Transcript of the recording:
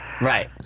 Right